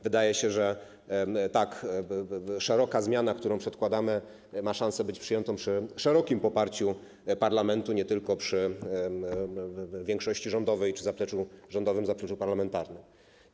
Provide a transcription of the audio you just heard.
Wydaje się, że tak szeroka zmiana, którą przedkładamy, ma szansę być przyjęta przy szerokim poparciu parlamentu, nie tylko większości rządowej czy rządowego zaplecza parlamentarnego.